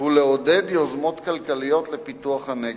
הוא לעודד יוזמות כלכליות לפיתוח הנגב.